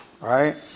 right